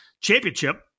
championship